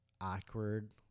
awkward